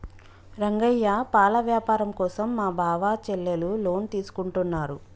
రంగయ్య పాల వ్యాపారం కోసం మా బావ చెల్లెలు లోన్ తీసుకుంటున్నారు